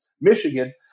Michigan